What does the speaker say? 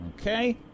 Okay